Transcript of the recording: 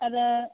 आरो